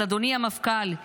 אז אדוני המפכ"ל,